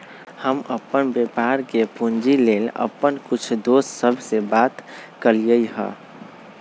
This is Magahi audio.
हम अप्पन व्यापार के पूंजी लेल अप्पन कुछ दोस सभ से बात कलियइ ह